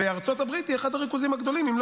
וארצות הברית היא אחד הריכוזים הגדולים אם לא